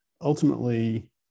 ultimately